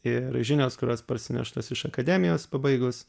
ir žinios kurios parsineštos iš akademijos pabaigus